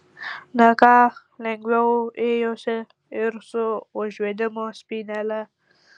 ne ką lengviau ėjosi ir su užvedimo spynele